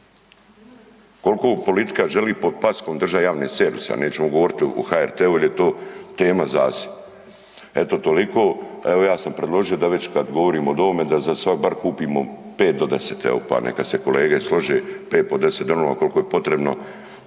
Koliko politika želi pod paskom držati javne servise, a nećemo govoriti o HRT-u jer je to tema za se. Eto toliko, evo ja sam predložio da već kad govorimo o ovome da za sad bar kupimo 5 do 10 evo pa neka se kolege slože, 5 do 10 dronova koliko je potrebno,